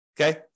Okay